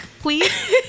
please